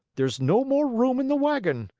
there's no more room in the wagon.